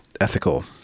ethical